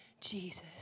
Jesus